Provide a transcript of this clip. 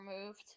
removed